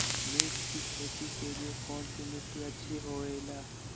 मिर्च की खेती के लिए कौन सी मिट्टी अच्छी होईला?